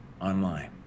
online